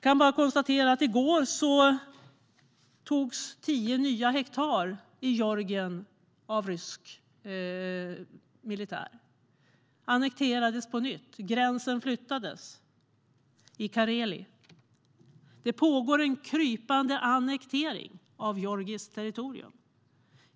Jag kan konstatera att i går togs tio nya hektar i Georgien av rysk militär. De annekterades på nytt. Gränsen flyttades i Kareli. Det pågår en krypande annektering av georgiskt territorium.